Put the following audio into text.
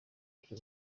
uburyo